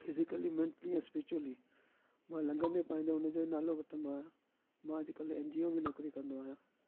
physically mentally spiritually मां लंघंदे पाईंदे हुन जो ई नालो वठंदो आहियां मां अॼुकल्ह एन जी ओ में नौकिरी कंदो आहियां